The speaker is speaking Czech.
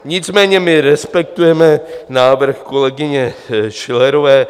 Nicméně my respektujeme návrh kolegyně Schillerové.